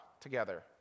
together